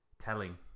telling